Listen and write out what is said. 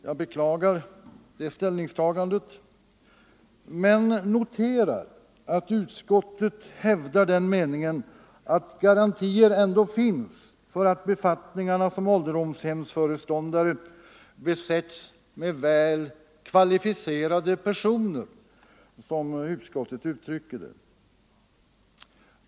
Jag beklagar detta ställningstagande men noterar att utskottet hävdar att garantier ändå finns för att befattningarna såsom ålderdomshemsföreståndare besätts med ”väl kvalificerad personal”, som utskottet uttrycker det.